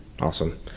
Awesome